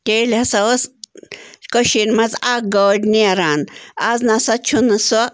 تیلہِ ہسا ٲس کٔشیٖر منٛز اَکھ گٲڑ نٮ۪ران آز نا سا چھُنہٕ سۄ